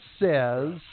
says